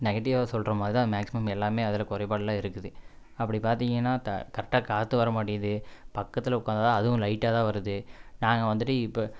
நெகட்டிவ்வாக சொல்கிற மாதிரி தான் மேக்ஸிமம் எல்லாமே அதில் குறைபாடுலாம் இருக்குது அப்படி பார்த்தீங்கன்னா த கரெக்டா காற்று வர மாட்டேங்கிது பக்கத்தில் உட்காந்தா தான் அதுவும் லைட்டாக தான் வருது நாங்கள் வந்துட்டு இப்போ